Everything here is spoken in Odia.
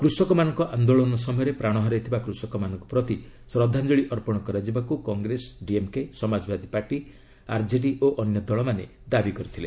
କୃଷକମାନଙ୍କ ଆନ୍ଦୋଳନ ସମୟରେ ପ୍ରାଣ ହରାଇଥିବା କୃଷକମାନଙ୍କ ପ୍ରତି ଶ୍ରଦ୍ଧାଞ୍ଚଳି ଅର୍ପଣ କରାଯିବାକୁ କଂଗ୍ରେସ ଡିଏମ୍କେ ସମାଜବାଦୀ ପାର୍ଟ ଆର୍କେଡି ଓ ଅନ୍ୟ ଦଳମାନେ ଦାବି କରିଥିଲେ